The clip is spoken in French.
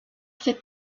cette